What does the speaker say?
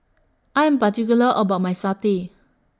I Am particular about My Satay